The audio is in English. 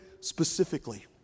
specifically